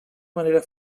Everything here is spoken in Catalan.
manera